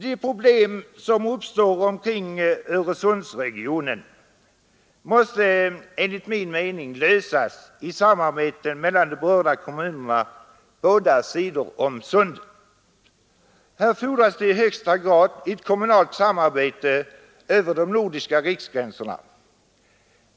De problem som uppstår omkring Öresundsregionen måste enligt min mening lösas i samarbete mellan de berörda kommunerna på båda sidor om sundet. Här fordras i högsta grad ett kommunalt samarbete över de nordiska riksgränserna.